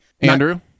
Andrew